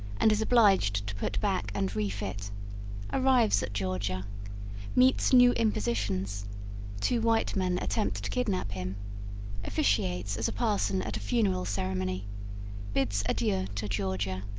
and is obliged to put back and refit arrives at georgia meets new impositions two white men attempt to kidnap him officiates as a parson at a funeral ceremony bids adieu yeah to georgia,